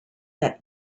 that